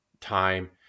time